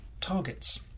targets